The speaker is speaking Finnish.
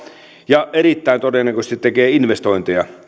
ja erittäin todennäköisesti tekee investointeja